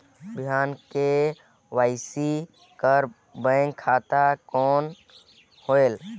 बिना के.वाई.सी कर बैंक खाता कौन होएल?